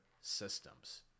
systems